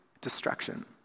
destruction